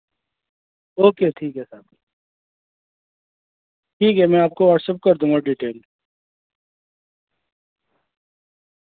okay ٹھیک ہے sir ٹھیک ہے میں آپ کو واٹسپ کر دوں گا ڈیٹیل